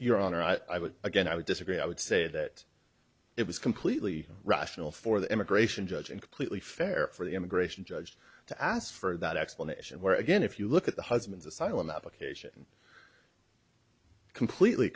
would again i would disagree i would say that it was completely rational for the immigration judge and completely fair for the immigration judge to ask for that explanation where again if you look at the husband's asylum application completely